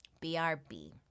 BRB